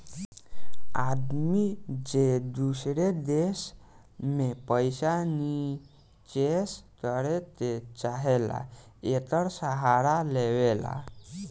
आदमी जे दूसर देश मे पइसा निचेस करे के चाहेला, एकर सहारा लेवला